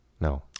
No